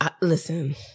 Listen